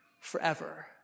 Forever